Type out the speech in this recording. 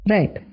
Right